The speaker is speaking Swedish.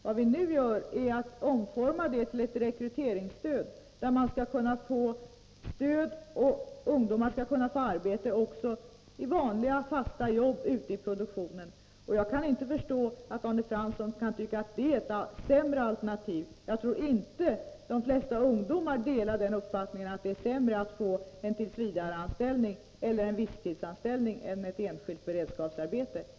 Vad vi nu vill göra är att omforma det hela till ett rekryteringsstöd, som innebär att ungdomarna förutom stöd skall kunna få fasta jobb ute i produktionen. Jag kan inte förstå att Arne Fransson kan tycka att det är ett sämre alternativ. Jag tror inte att de flesta ungdomar delar uppfattningen att en tillsvidareanställning eller en visstidsanställning är sämre alternativ än ett enskilt beredskapsarbete.